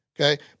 Okay